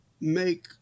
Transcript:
make